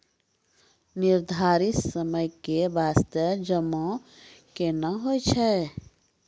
निर्धारित समय के बास्ते जमा केना होय छै?